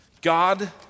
God